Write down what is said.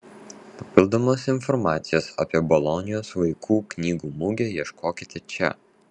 papildomos informacijos apie bolonijos vaikų knygų mugę ieškokite čia